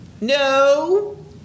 No